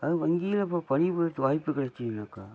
அதாவது வங்கியில் இப்போ பணிப்புரியறத்துக்கு வாய்ப்பு கிடச்சிதுன்னாக்கா